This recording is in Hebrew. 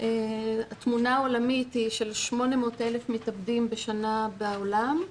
התמונה העולמית היא של 800,000 מתאבדים בשנה בעולם,